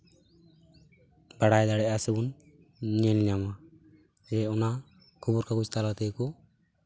ᱵᱟᱲᱟᱭ ᱫᱟᱲᱭᱟᱜᱼᱟ ᱥᱮ ᱵᱚᱱ ᱧᱮᱞᱼᱧᱟᱢᱟ ᱥᱮ ᱚᱱᱟ ᱠᱷᱚᱵᱚᱨ ᱠᱟᱜᱚᱡ ᱛᱟᱞᱟ ᱛᱮᱜᱮ ᱠᱚ